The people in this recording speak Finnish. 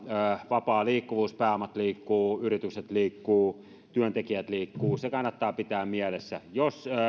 vapaa liikkuvuus pääomat liikkuvat yritykset liikkuvat työntekijät liikkuvat kannattaa pitää mielessä jos